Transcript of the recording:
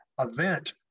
event